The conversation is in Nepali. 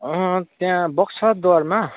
त्यहाँ बक्साद्वारमा